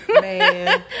Man